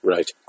Right